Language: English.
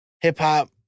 Hip-hop